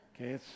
Okay